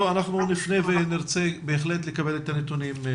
אנחנו נפנה ונרצה בהחלט לקבל את הנתונים.